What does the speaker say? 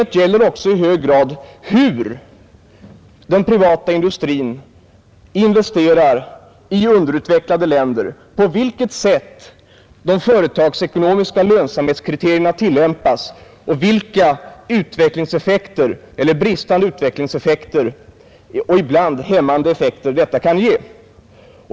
Det gäller också i hög grad hur den privata industrin investerar i underutvecklade länder, på vilket sätt de företagsekonomiska lönsamhetskriterierna tillämpas och vilka utvecklingseffekter — eller bristande utvecklingseffekter och ibland hämmande effekter — detta kan få.